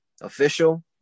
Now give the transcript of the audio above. Official